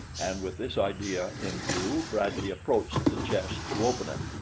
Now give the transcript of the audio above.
and with this idea in view bradley approached the chest to open it.